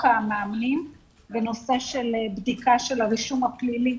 המאמנים בנושא של בדיקה של הרישום הפלילי,